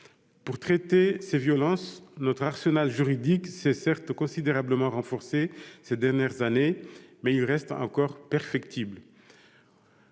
Pour traiter ces violences, notre arsenal juridique s'est, certes, considérablement renforcé ces dernières années, mais il reste encore perfectible.